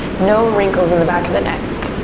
no wrinkles in the back of the neck.